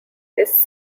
his